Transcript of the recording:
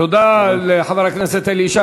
תודה לחבר הכנסת אלי ישי.